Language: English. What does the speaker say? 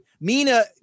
Mina